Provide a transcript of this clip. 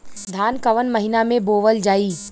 धान कवन महिना में बोवल जाई?